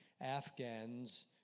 Afghans